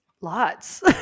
Lots